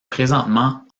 présentement